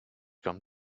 come